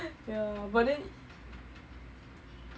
yeah but then